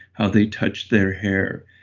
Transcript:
how they touched their hair,